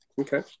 Okay